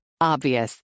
Obvious